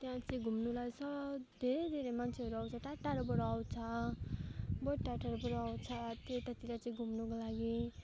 त्यहाँ चाहिँ घुम्नुलाई स धेरै धेरै मान्छेहरू आउँछ टाढो टाढोबाट आउँछ बहुत टाढो टाढोबाट आउँछ त्यतातिर चाहिँ घुम्नुको लागि